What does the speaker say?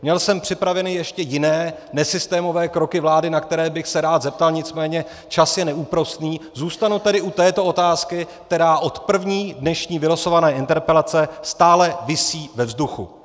Měl jsem připravené ještě jiné nesystémové kroky vlády, na které bych se rád zeptal, nicméně čas je neúprosný, zůstanu tedy u této otázky, která od první dnešní vylosované interpelace stále visí ve vzduchu.